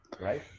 right